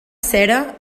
cera